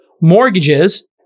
mortgages